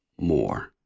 more